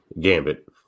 Gambit